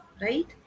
right